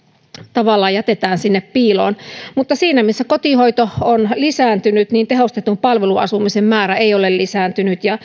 tavallaan jätetään sinne piiloon mutta siinä missä kotihoito on lisääntynyt tehostetun palveluasumisen määrä ei ole lisääntynyt